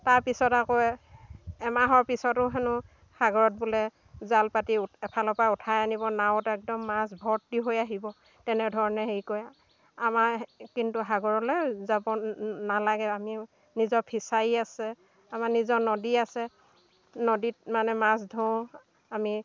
তাৰ পিছত আকৌ এমাহৰ পিছতো হেনো সাগৰত বোলে জাল পাতি উঠ এফালৰ পৰা উঠাই আনিব নাওত একদম মাছ ভৰ্তি হৈ আহিব তেনেধৰণে হেৰি কৰে আমাৰ কিন্তু সাগৰলৈ যাব নালাগে আমি নিজৰ ফিচাৰী আছে আমাৰ নিজৰ নদী আছে নদীত মানে মাছ ধৰোঁ আমি